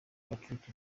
patrick